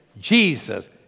Jesus